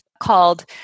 called